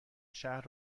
شهر